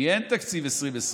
כי אין תקציב 2020,